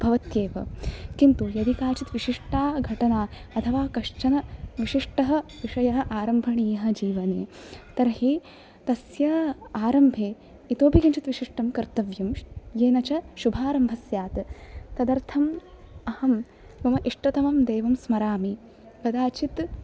भवत्येव किन्तु यदि काचित् विशिष्टा घटना अथवा कश्चन विशिष्टः विषयः आरम्भणीयः जीवने तर्हि तस्य आरम्भे इतोपि किञ्चित् विशिष्टं कर्तव्यं येन च शुभारम्भः स्यात् तदर्थं अहं मम इष्टतमं देवं स्मरामि कदाचित्